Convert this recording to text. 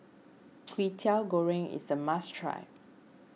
Kwetiau Goreng is a must try